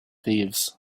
thieves